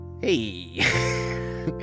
Hey